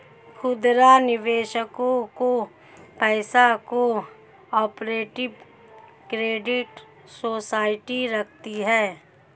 खुदरा निवेशकों का पैसा को ऑपरेटिव क्रेडिट सोसाइटी रखती है